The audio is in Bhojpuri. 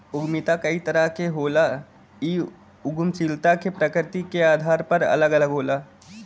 उद्यमिता कई तरह क होला इ उद्दमशीलता क प्रकृति के आधार पर अलग अलग होला